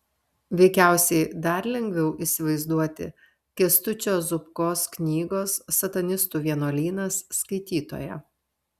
veikiausiai dar lengviau įsivaizduoti kęstučio zubkos knygos satanistų vienuolynas skaitytoją